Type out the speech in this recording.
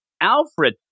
Alfred